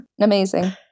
amazing